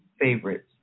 favorites